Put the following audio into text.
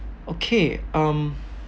okay um